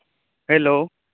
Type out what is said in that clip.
hello